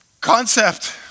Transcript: concept